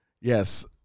Yes